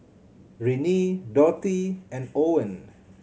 Renee Dorthy and Owen